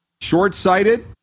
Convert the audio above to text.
Short-sighted